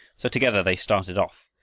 so together they started off,